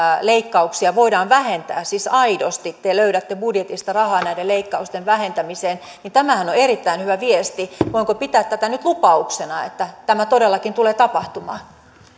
leikkauksia voidaan vähentää siis aidosti te löydätte budjetista rahaa näiden leikkausten vähentämiseen niin tämähän on on erittäin hyvä viesti voinko pitää tätä nyt lupauksena että tämä todellakin tulee tapahtumaan